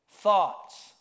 thoughts